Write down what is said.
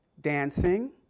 dancing